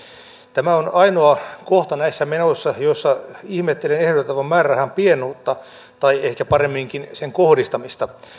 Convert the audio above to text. tämä on ainoa kohta näissä menoissa jossa ihmettelen ehdotettavan määrärahan pienuutta tai ehkä paremminkin sen kohdistamista